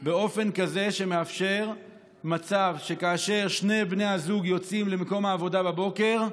באופן כזה שמאפשר מצב שכאשר שני בני הזוג יוצאים לעבודה בבוקר,